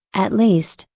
at least,